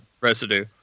residue